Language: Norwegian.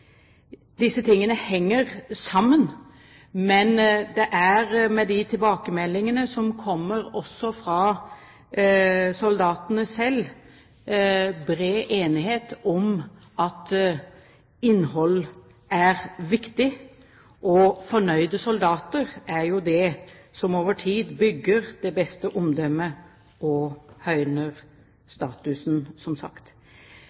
Disse tingene henger sammen. Og de tilbakemeldingene som kommer også fra soldatene selv, viser at det er bred enighet om at innhold er viktig. Fornøyde soldater er det som over tid bygger det beste omdømmet og høyner statusen, som sagt.